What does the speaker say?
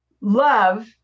Love